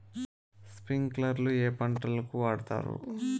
స్ప్రింక్లర్లు ఏ పంటలకు వాడుతారు?